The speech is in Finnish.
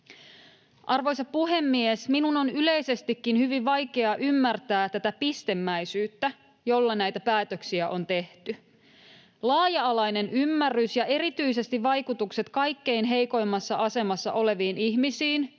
Arvoisa puhemies! Minun on yleisestikin hyvin vaikea ymmärtää tätä pistemäisyyttä, jolla näitä päätöksiä on tehty. Laaja-alainen ymmärrys ja erityisesti vaikutukset kaikkein heikoimmassa asemassa oleviin ihmisiin,